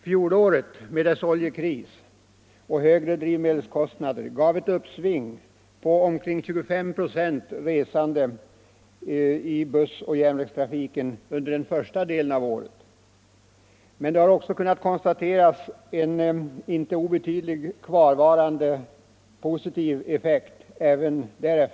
Fjolåret med dess oljekris och högre drivmedelskostnader gav ett uppsving på omkring 25 96 fler resande i bussoch järnvägstrafiken under den första delen av året. Men det har också därefter kunnat konstateras en inte obetydlig kvarvarande positiv effekt.